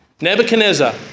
Nebuchadnezzar